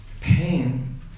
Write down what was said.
pain